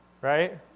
right